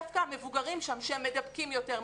דווקא המבוגרים שם שהם מדבקים יותר,